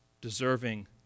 deserving